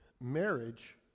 marriage